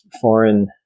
foreign